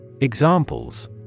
Examples